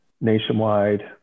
Nationwide